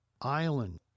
island